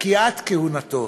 ופקיעת כהונתו.